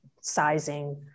sizing